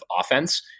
offense